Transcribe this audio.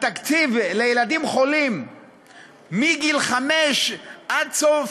התקציב לילדים חולים מגיל חמש עד סוף